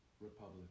Republic